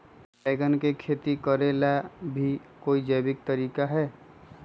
बैंगन के खेती भी करे ला का कोई जैविक तरीका है?